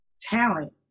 talent